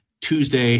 Tuesday